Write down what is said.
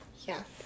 Yes